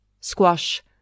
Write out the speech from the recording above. Squash